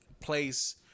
place